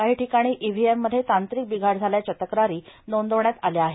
काही ठिकाणी ईव्हीएममध्ये तांत्रिक बिघाड झाल्याच्या तक्रारी नोंदवण्यात आल्या आहेत